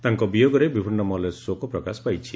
ତାଙ୍କ ବିୟୋଗରେ ବିଭିନ୍ ମହଲରେ ଶୋକ ପ୍ରକାଶ ପାଇଛି